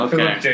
Okay